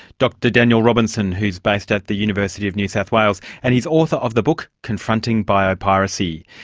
dr daniel robinson, who's based at the university of new south wales. and he's author of the book confronting bio-piracy.